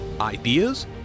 Ideas